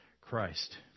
Christ